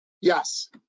Yes